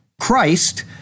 Christ